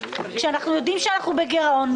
כשאנחנו יודעים שאנחנו בגירעון.